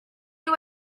you